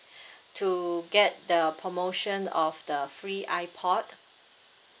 to get the promotion of the free ipod